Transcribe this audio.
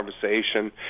conversation